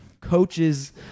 coaches